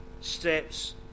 steps